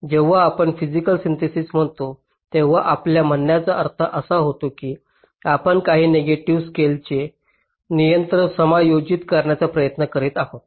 जेव्हा आपण physical synthesis म्हणतो तेव्हा आपल्या म्हणण्याचा अर्थ असा होतो की आपण काही नेगेटिव्ह स्लॅकचे नियंत्रण समायोजित करण्याचा प्रयत्न करीत आहोत